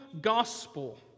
gospel